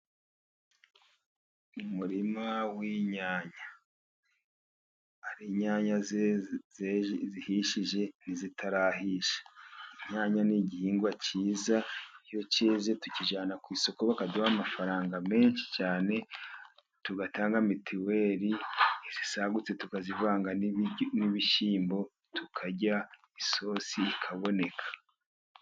Umurima w'inyanya. Hari inyanya zihishije n'izitarahisha. Inyanya ni igihingwa cyiza, iyo cyeze tukijyana ku isoko bakaduha amafaranga menshi cyane, tugatanga mitiweri, izisagutse tukazivanga n'ibishyimbo tukarya, isosi ikaboneka.